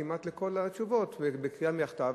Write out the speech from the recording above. שענה כמעט את כל התשובות בקריאה מהכתב.